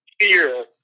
fear